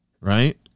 right